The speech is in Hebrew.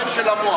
הבן של המוח.